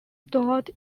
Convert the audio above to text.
stored